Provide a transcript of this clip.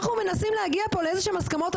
אנחנו מנסים להגיע פה לאיזה שהן הסכמות.